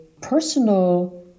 personal